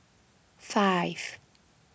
five